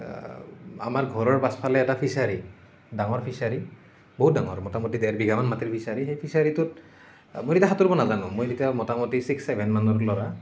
আমাৰ ঘৰৰ পাছফালে এটা ফিছাৰী ডাঙৰ ফিছাৰী বহুত ডাঙৰ মোটামুটি দেৰ বিঘামান মাটিৰ ফিছাৰী সেই ফিছাৰীটোত মই তেতিয়া সাঁতুৰিব নাজানো মই তেতিয়া মোটামুটি ছিক্স ছেভেন মানৰ ল'ৰা